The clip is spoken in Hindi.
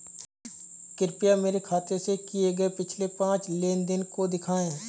कृपया मेरे खाते से किए गये पिछले पांच लेन देन को दिखाएं